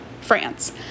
France